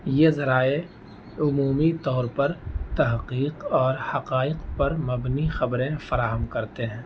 یہ ذرائع عمومی طور پر تحقیق اور حقائق پر مبنی خبریں فراہم کرتے ہیں